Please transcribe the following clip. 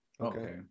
okay